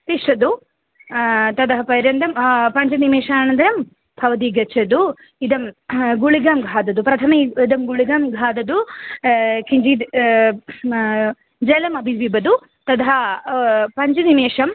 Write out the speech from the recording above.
तिष्ठतु तदः पर्यन्तं पञ्चनिमेषानान्तरं भवती गच्छतु इदं गुलिकां खादतु प्रथमम् इदं गुलिकां खादतु किञ्चिद् जलम् अपि पिबतु तथा पञ्चनिमेषम्